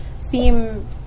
seem